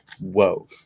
Whoa